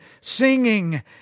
singing